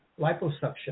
liposuction